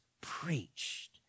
preached